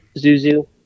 Zuzu